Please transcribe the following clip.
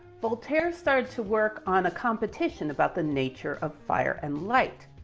voltaire started to work on a competition about the nature of fire and light,